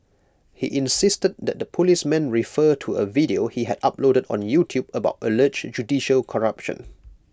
he insisted that the policemen refer to A video he had uploaded on YouTube about alleged judicial corruption